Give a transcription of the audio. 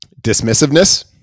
dismissiveness